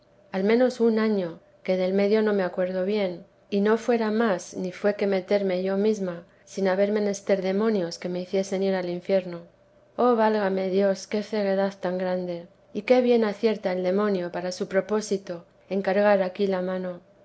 al menos un año que del medio no me acuerdo bien y no fuera más ni fué que meterme yo mesma sin haber menester demonios que me hiciesen ir al infierno oh válame dios qué ceguedad tan grande y qué bien acierta el demonio para su propósito en cargar aquí la mano